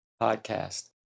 podcast